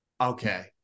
Okay